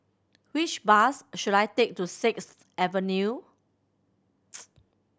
which bus should I take to Sixth Avenue